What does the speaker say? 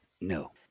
no